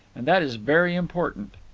and that is very important.